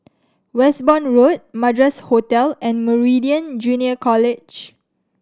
Westbourne Road Madras Hotel and Meridian Junior College